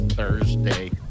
Thursday